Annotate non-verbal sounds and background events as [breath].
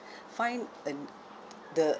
[breath] find and the